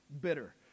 bitter